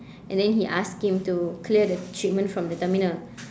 and then he asked him to clear the shipment from the terminal